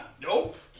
Nope